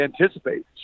anticipate